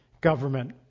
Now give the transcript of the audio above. government